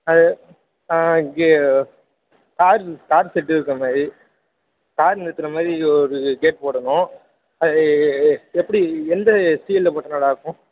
அது கே car car shed இருக்கிற மாதிரி கார் நிறுத்துகிற மாதிரி ஒரு கேட் போடணும் அது எப்படி எந்த ஸ்டீலில் போட்டால் நல்லா இருக்கும்